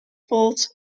falls